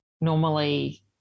normally